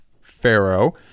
Pharaoh